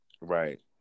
Right